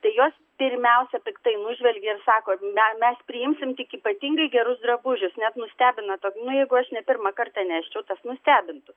tai jos pirmiausia piktai nužvelgė ir sako me mes priimsim tik ypatingai gerus drabužius net nustebina to nu jeigu aš ne pirmą kartą neščiau tas nustebintų